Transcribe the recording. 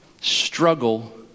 struggle